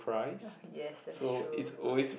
yes that's true